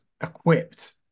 equipped